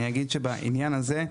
אני אגיד שבעניין הזה,